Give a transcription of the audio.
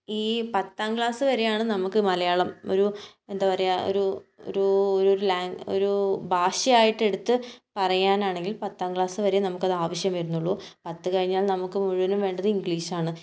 ഈ പത്താം ക്ലാസ് വരെയാണ് നമുക്ക് മലയാളം ഒരു എന്താ പറയുക ഒരു ഒരു ലാ ഒരു ഭാഷയായിട്ട് എടുത്ത് പറയാനാണെങ്കിൽ പത്താം ക്ലാസ് വരെ നമുക്ക് അത് ആവശ്യം വരുന്നുള്ളൂ പത്തു കഴിഞ്ഞാൽ നമുക്ക് മുഴുവനും വേണ്ടത് ഇംഗ്ലീഷാണ്